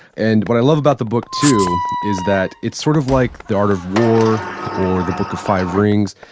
and what i love about the book too is that it's sort of like the art of war or the book of five rings.